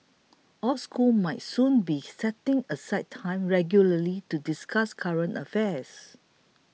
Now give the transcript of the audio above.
all schools might soon be setting aside time regularly to discuss current affairs